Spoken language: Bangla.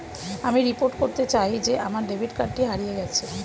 আমি রিপোর্ট করতে চাই যে আমার ডেবিট কার্ডটি হারিয়ে গেছে